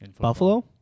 Buffalo